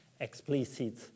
Explicit